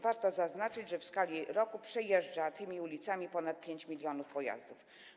Warto zaznaczyć, że w skali roku przejeżdża tymi ulicami ponad 5 mln pojazdów.